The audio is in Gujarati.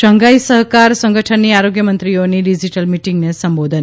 શાંધાઈ સહકાર સંગઠનની આરોગ્યમંત્રીઓની ડિજિટલ મીટિંગને સંબોધન